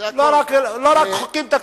לא רק חוקים תקציביים.